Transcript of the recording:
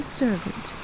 servant